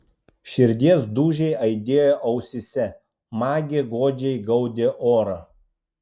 širdies dūžiai aidėjo ausyse magė godžiai gaudė orą